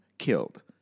killed